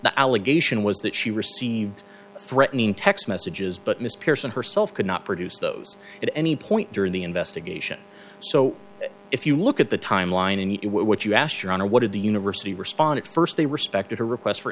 the allegation was that she received threatening text messages but miss pearson herself could not produce those at any point during the investigation so if you look at the timeline and what you ask your honor what did the university respond at first they respected her request for